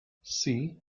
see